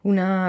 Una